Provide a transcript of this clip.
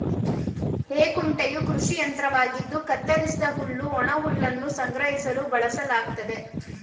ಹೇ ಕುಂಟೆಯು ಕೃಷಿ ಯಂತ್ರವಾಗಿದ್ದು ಕತ್ತರಿಸಿದ ಹುಲ್ಲು ಒಣಹುಲ್ಲನ್ನು ಸಂಗ್ರಹಿಸಲು ಬಳಸಲಾಗ್ತದೆ